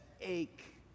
ache